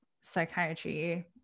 psychiatry